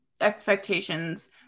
expectations